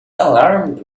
alarmed